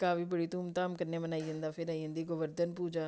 टिक्का बी बड़ी धूम धाम कन्नै मनाई जंदा फिर आई जन्दी गोवर्धन पूजा